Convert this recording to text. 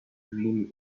dream